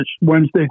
Wednesday